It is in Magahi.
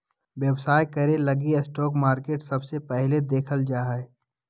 व्यवसाय करे लगी स्टाक मार्केट सबसे पहले देखल जा हय